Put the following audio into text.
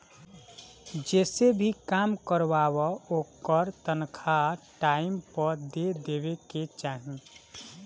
जेसे भी काम करवावअ ओकर तनखा टाइम पअ दे देवे के चाही